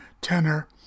tenor